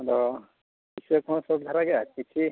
ᱟᱫᱚ ᱯᱩᱭᱥᱟᱹ ᱠᱚ ᱦᱚᱸ ᱥᱳᱨᱴ ᱫᱷᱟᱨᱟ ᱜᱮᱭᱟ ᱠᱤᱪᱷᱤ